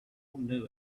knew